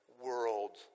world